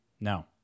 No